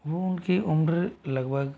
वह उनकी उम्र लगभग